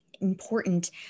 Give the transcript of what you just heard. important